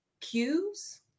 cues